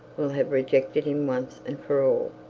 will have rejected him once and for all.